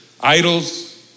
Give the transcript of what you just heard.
idols